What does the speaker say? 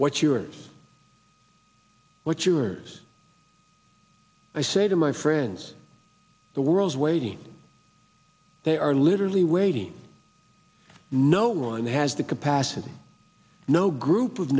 what's yours what's yours i say to my friends the world's waiting they are literally waiting no one has the capacity no group of